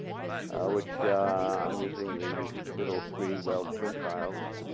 which i'm using the middle three, wealth quintiles